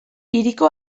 hiriko